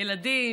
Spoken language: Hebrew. ילדים,